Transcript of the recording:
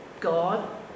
God